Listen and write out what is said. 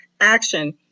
action